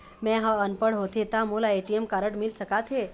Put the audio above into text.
मैं ह अनपढ़ होथे ता मोला ए.टी.एम कारड मिल सका थे?